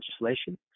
legislation